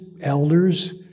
elders